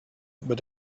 but